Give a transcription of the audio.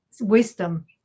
wisdom